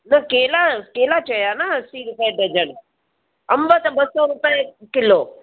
न केला केला चया न असी रुपए डजन अंब त ॿ सौ रुपए किलो